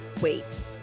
wait